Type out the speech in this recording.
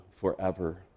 forever